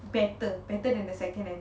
better better than the second and